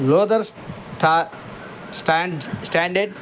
loaders sta stands stranded